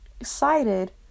excited